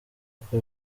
kuko